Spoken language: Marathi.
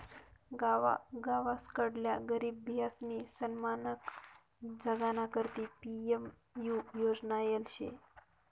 गावसकडल्या गरीब बायीसनी सन्मानकन जगाना करता पी.एम.यु योजना येल शे